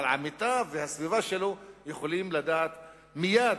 אבל עמיתיו והסביבה שלו יכולים לדעת מייד,